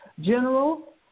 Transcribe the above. General